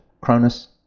Cronus